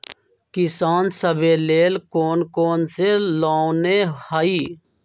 किसान सवे लेल कौन कौन से लोने हई?